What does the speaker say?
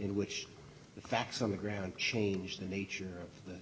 in which the facts on the ground change the nature of th